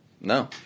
No